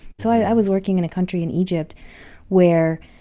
so i was working in a country in egypt where,